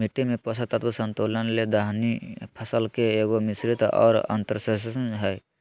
मिट्टी में पोषक तत्व संतुलन ले दलहनी फसल के एगो, मिश्रित और अन्तर्शस्ययन हइ